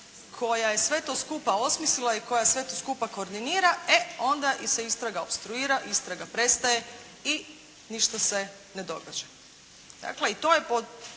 koja je sve to osmislila i koja sve to skupa koordinira e onda ili se istraga opstruira, istraga prestaje i ništa se ne događa.